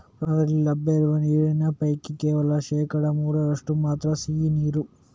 ಪ್ರಪಂಚದಲ್ಲಿ ಲಭ್ಯ ಇರುವ ನೀರಿನ ಪೈಕಿ ಕೇವಲ ಶೇಕಡಾ ಮೂರರಷ್ಟು ಮಾತ್ರ ಸಿಹಿ ನೀರು